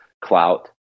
clout